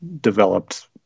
developed